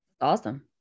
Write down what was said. Awesome